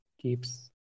keeps